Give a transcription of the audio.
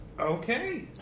Okay